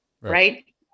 right